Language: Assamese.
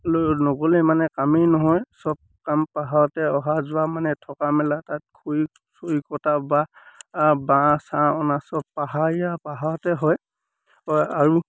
লৈ নগ'লে মানে কামেই নহয় চব কাম পাহাৰতে অহা যোৱা মানে থকা মেলা তাত খৰি চৰি কটা বা বাঁহ চাহ অনা চব পাহাৰীয়া পাহাৰতে হয় হয় আৰু